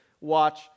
watch